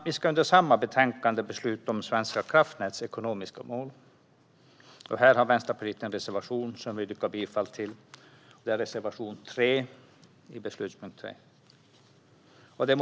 Vi ska under samma betänkande besluta om Svenska kraftnäts ekonomiska mål, och jag yrkar härmed bifall till Vänsterpartiets reservation 3 i beslutspunkt 3.